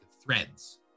threads